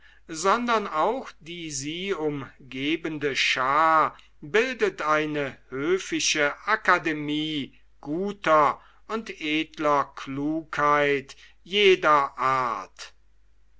sondern auch die sie umgebende schaar bildet eine höfische akademie guter und edler klugheit jeder art